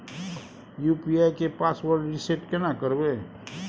UPI के password reset केना करबे?